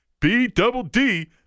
B-double-D